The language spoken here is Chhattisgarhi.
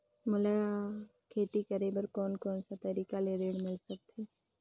मोला खेती करे बर कोन कोन सा तरीका ले ऋण मिल सकथे?